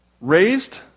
raised